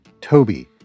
Toby